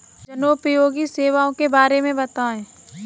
जनोपयोगी सेवाओं के बारे में बताएँ?